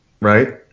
right